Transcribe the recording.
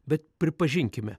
bet pripažinkime